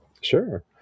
sure